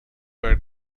were